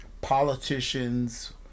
politicians